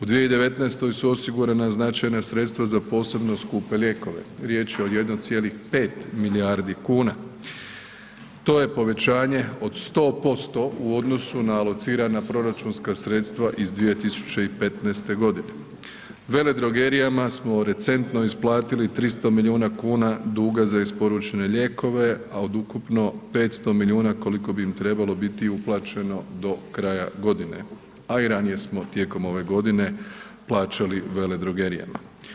U 2019. su osigurana značajna sredstva za posebno skupe lijekove, riječ je o 1,5 milijardi kuna, to je povećanje od 100% u odnosu na alocirana proračunska sredstva iz 2015.g. Veledrogerijama smo u recentno isplatili 300 milijuna kuna duga za isporučene lijekove, a od ukupno 500 milijuna koliko bi im trebalo biti uplaćeno do kraja godine, a i ranije smo tijekom ove godine plaćali veledrogerijama.